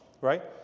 right